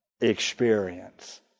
experience